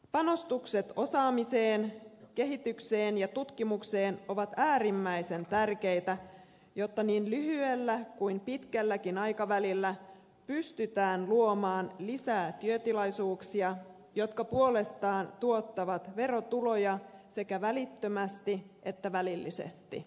panostukset osaamiseen kehitykseen ja tutkimukseen ovat äärimmäisen tärkeitä jotta niin lyhyellä kuin pitkälläkin aikavälillä pystytään luomaan lisää työtilaisuuksia jotka puolestaan tuottavat verotuloja sekä välittömästi että välillisesti